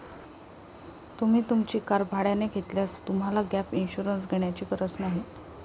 तुम्ही तुमची कार भाड्याने घेतल्यास तुम्हाला गॅप इन्शुरन्स घेण्याची गरज नाही